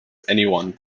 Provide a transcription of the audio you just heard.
anyone